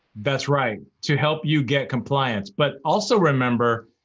that's right, to help you get compliance. but also remember,